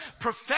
perfect